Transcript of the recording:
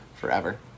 forever